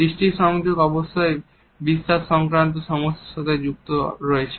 দৃষ্টি সংযোগ অবশ্যই বিশ্বাস সংক্রান্ত সমস্যার সাথে যুক্ত রয়েছে